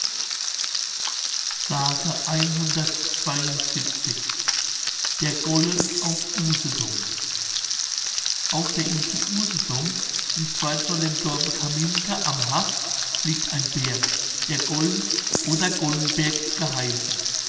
der gollen auf usedom auf der insel usedom nicht weit von dem dorfe caminke am haff liegt ein berg der gollen oder gollenberg geheißen